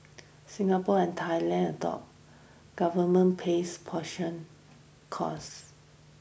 Singapore and Thailand adopt government pays portion costs